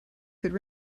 could